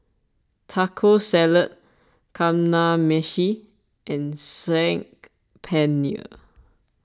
Taco Salad Kamameshi and Saag Paneer